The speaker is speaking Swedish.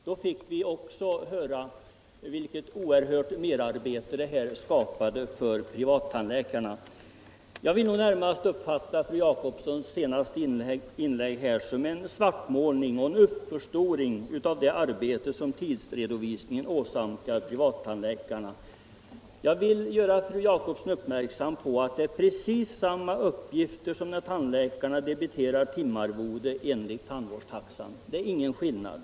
Då fick vi också höra vilket oerhört merarbete det här upp Granskning av giftslämnandet skapade för privattandläkarna. Jag vill nog närmast upp statsrådens fatta fru Jacobssons senaste inlägg som en svartmålning och en upp tjänsteutövning förstoring av det arbete som tidsredovisningen åsamkar privattandläkar m.m. na. Jag vill göra fru Jacobsson uppmärksam på att det är precis samma uppgifter som när tandläkarna debiterar timarvode enligt tandvårdstaxan. Vissa frågor Det är ingen skillnad.